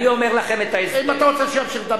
אם אתה רוצה שהוא ימשיך לדבר,